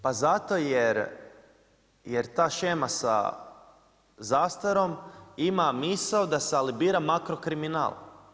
Pa zato jer ta shema sa zastarom ima misao da se alibira makro kriminal.